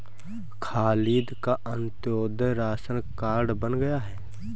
खालिद का Antyodaya ration card बन गया है